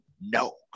No